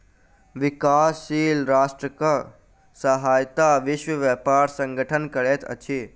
विकासशील राष्ट्रक सहायता विश्व व्यापार संगठन करैत अछि